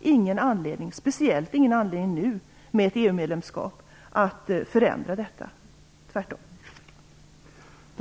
ingen anledning nu med ett EU-medlemskap att förändra detta - tvärtom.